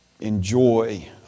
enjoy